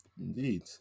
Indeed